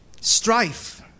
strife